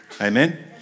Amen